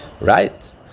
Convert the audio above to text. Right